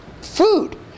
Food